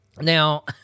Now